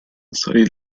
studied